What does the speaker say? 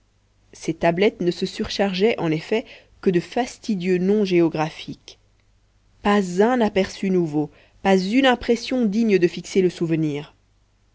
ses tablettes ne se surchargeaient en effet que de fastidieux noms géographiques pas un aperçu nouveau pas une impression digne de fixer le souvenir